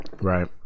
right